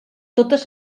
totes